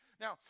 Now